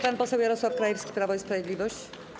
Pan poseł Jarosław Krajewski, Prawo i Sprawiedliwość.